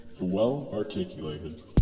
Well-Articulated